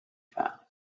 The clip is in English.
found